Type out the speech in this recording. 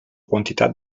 quantitat